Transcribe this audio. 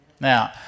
Now